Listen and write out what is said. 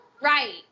Right